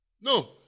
No